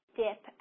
dip